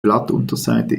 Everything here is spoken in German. blattunterseite